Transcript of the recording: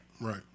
Right